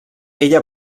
ella